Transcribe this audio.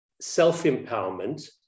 self-empowerment